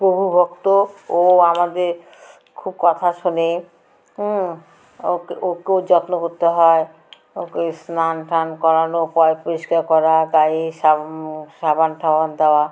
প্রভুভক্ত ও আমাদের খুব কথা শোনে ওকে ও কেও যত্ন করতে হয় ওকে স্নান টান করানোর পযর পরিষ্কার করা গায়ে সাব সাবান টাবান দেওয়া